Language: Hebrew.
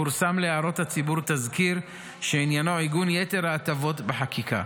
פורסם להערות הציבור תזכיר שעניינו עיגון יתר ההטבות בחקיקה.